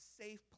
safe